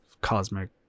cosmic